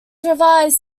revised